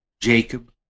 Jacob